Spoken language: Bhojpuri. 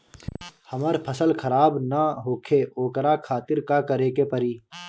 हमर फसल खराब न होखे ओकरा खातिर का करे के परी?